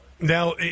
Now